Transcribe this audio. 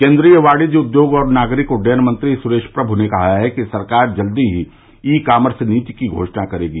केन्द्रीय वाणिज्य उद्योग और नागरिक उड्डयन मंत्री सुरेश प्रम् ने कहा है कि सरकार जल्दी ही ई कामर्स नीति की घोषणा करेगी